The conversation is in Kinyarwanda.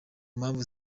mpamvu